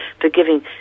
forgiving